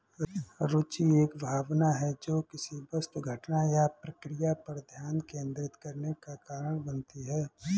रूचि एक भावना है जो किसी वस्तु घटना या प्रक्रिया पर ध्यान केंद्रित करने का कारण बनती है